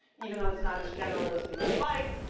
even though it's not as general as we might like.